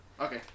Okay